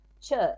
church